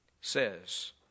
says